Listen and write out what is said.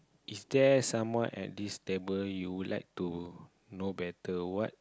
is there someone at this table you would like to know better what